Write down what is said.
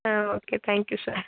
ಹಾಂ okay thank you sir